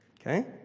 Okay